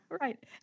Right